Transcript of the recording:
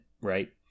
right